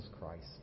Christ